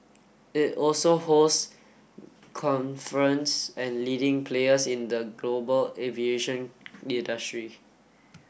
it also hosts conference and leading players in the global aviation industry